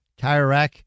TireRack